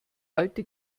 alte